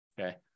okay